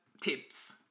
tips